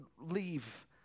leave